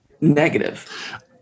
Negative